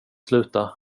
sluta